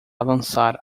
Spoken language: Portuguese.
lançar